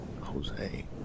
Jose